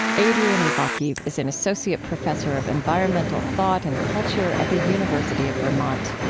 adrian ivakhiv is an associate professor of environmental thought and culture at the university of vermont.